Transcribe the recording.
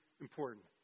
important